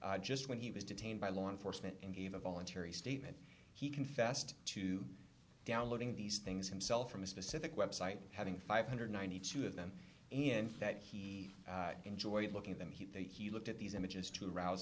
arrested just when he was detained by law enforcement and gave a voluntary statement he confessed to downloading these things himself from a specific website having five hundred and ninety two of them in that he enjoyed looking at them he looked at these images to rouse